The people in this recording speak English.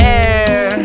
air